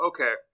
Okay